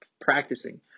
practicing